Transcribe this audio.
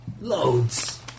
loads